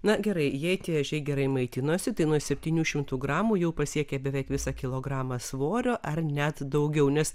na gerai jei tie ežiai gerai maitinosi tai nuo septynių šimtų gramų jau pasiekė beveik visą kilogramą svorio ar net daugiau nes